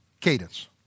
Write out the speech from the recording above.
cadence